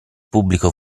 pubblico